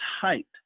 height